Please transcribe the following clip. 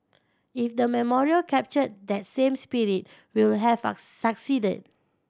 if the memorial captured that same spirit we will have a succeeded